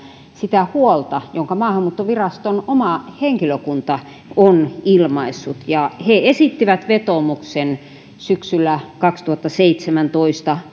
sitä huolta jonka maahanmuuttoviraston oma henkilökunta on ilmaissut he esittivät vetoomuksen syksyllä kaksituhattaseitsemäntoista